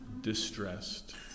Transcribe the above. Distressed